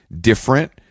different